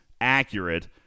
accurate